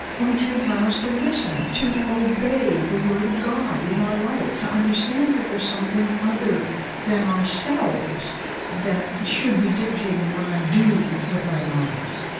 we take vows to listen, to obey the word of god in our life, to understand that there's something other than ourselves that should be dictating what i do with our lives.